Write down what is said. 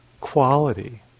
quality